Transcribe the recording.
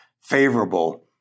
favorable